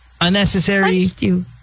Unnecessary